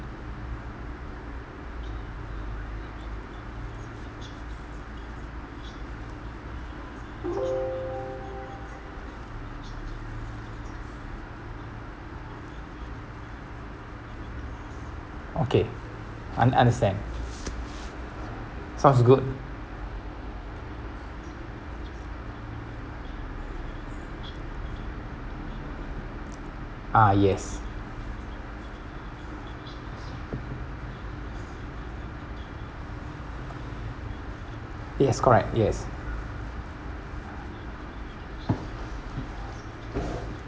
okay un~ understand sounds good ah yes yes correct yes